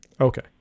Okay